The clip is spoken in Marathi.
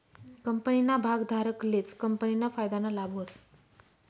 कंपनीना भागधारकलेच कंपनीना फायदाना लाभ व्हस